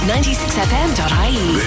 96fm.ie